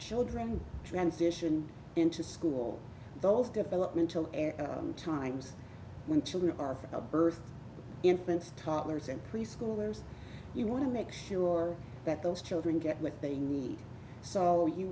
children transition into school those developmental times when children are for a birth infants toddlers and preschoolers you want to make sure that those children get when they meet so